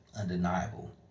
undeniable